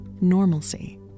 normalcy